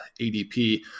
ADP